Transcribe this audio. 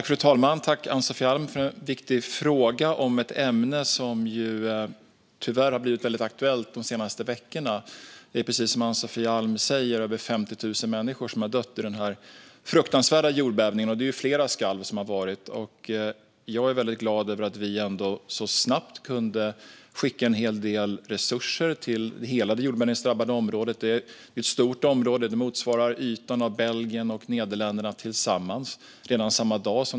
Fru talman! Tack, Ann-Sofie Alm, för en viktig fråga! Den gäller ett ämne som tyvärr blivit väldigt aktuellt de senaste veckorna. Det är, precis som Ann-Sofie Alm säger, över 50 000 människor som har dött i den fruktansvärda jordbävningen. Det var flera skalv. Jag är väldigt glad över att Sverige ändå så snabbt - redan samma dag som det första skalvet - kunde skicka en hel del resurser till hela det jordbävningsdrabbade området. Det är stort och motsvarar ytan av Belgien och Nederländerna tillsammans.